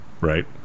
Right